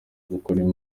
gukorera